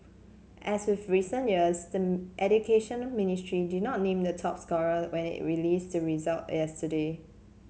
as with recent years the Education Ministry did not name the top scorer when it release the result yesterday